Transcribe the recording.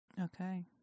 Okay